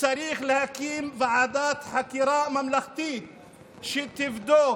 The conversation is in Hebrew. צריך להקים ועדת חקירה ממלכתית שתבדוק